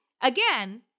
again